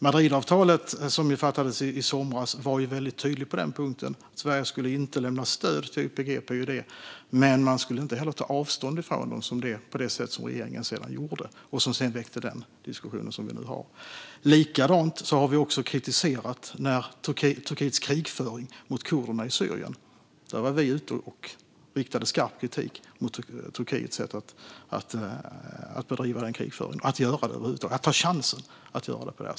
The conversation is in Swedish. Madridavtalet, som det fattades beslut om i somras, var väldigt tydligt på denna punkt, nämligen att Sverige inte skulle lämna stöd till YPG/PYD men skulle inte heller ta avstånd från dem på det sätt som regeringen sedan gjorde och som sedan väckte den diskussion som vi nu har. På samma sätt har vi kritiserat Turkiets krigföring mot kurderna i Syrien. Vi var ute och riktade skarp kritik mot Turkiets sätt att bedriva den krigföringen - och att de över huvud taget tog chansen att göra det.